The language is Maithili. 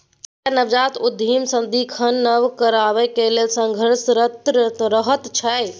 एकटा नवजात उद्यमी सदिखन नब करबाक लेल संघर्षरत रहैत छै